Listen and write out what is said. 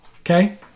Okay